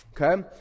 okay